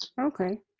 Okay